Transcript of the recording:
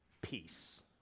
peace